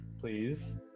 please